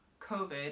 COVID